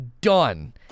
Done